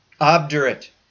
obdurate